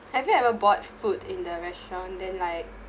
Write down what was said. have you ever bought food in the restaurant then like